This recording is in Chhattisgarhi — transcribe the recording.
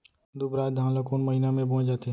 दुबराज धान ला कोन महीना में बोये जाथे?